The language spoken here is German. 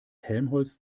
helmholtz